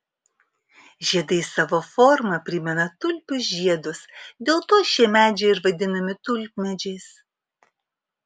žiedai savo forma primena tulpių žiedus dėl to šie medžiai ir vadinami tulpmedžiais